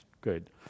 Good